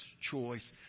choice